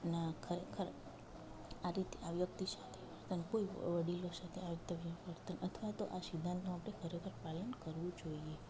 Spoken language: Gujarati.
ના ખરેખર આ રીતે આ વ્યક્તિ સાથે કોઈ વડીલો સાથે અથવા તો આ સિદ્ધાંતનું આપણે ખરેખર પાલન કરવું જોઈએ